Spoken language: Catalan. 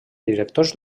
directors